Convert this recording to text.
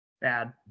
Bad